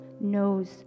knows